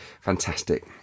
fantastic